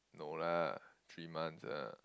no lah three months ah